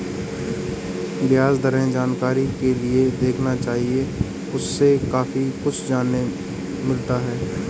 ब्याज दरें जानकारी के लिए देखना चाहिए, उससे काफी कुछ जानने मिलता है